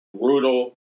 brutal